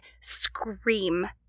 scream